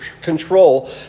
control